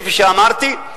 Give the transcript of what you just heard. כפי שאמרתי,